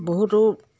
বহুতো